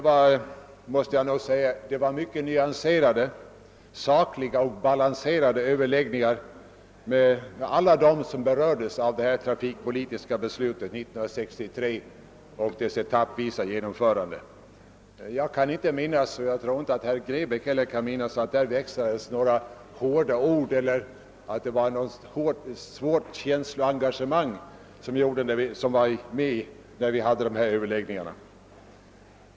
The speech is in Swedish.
Vid de sam mankomsterna hade vi mycket nyanserade, sakliga och balanserade överläggningar med alla som berördes av 1963 års trafikpolitiska beslut och dess etappvisa genomförande. Jag kan inte minnas — och jag tror inte heller att herr Grebäck kan det — att det då växlades några hårda ord eller att några laddade känsloengagemang tog sig uttryck vid de överläggningarna.